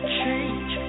change